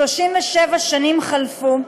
37 שנים חלפו,